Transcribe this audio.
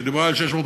שדיברה על 650